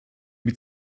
wie